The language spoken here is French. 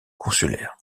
consulaire